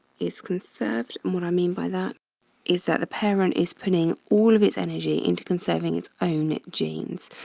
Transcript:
is conserved. and what i mean by that is that the parent is putting all of its energy into conserving its own genes.